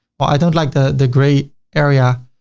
but i don't like the the gray area.